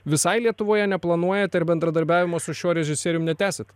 visai lietuvoje neplanuojat ir bendradarbiavimo su šiuo režisierium netęsit